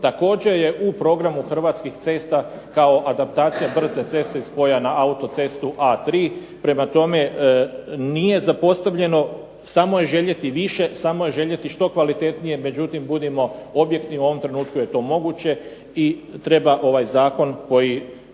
također je u programu Hrvatskih cesta kao adaptacija brze ceste spoja na autocestu A3. Prema tome, nije zapostavljeno, samo je željeti više, samo je željeti što kvalitetnije. Međutim, budimo objektivni u ovom trenutku je to moguće i treba ovaj zakon kojim